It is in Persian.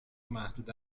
محدوده